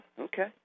Okay